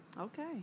Okay